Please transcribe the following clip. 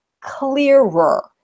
clearer